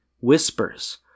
whispers